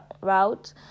route